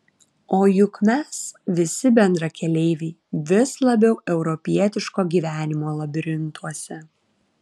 o juk mes visi bendrakeleiviai vis labiau europietiško gyvenimo labirintuose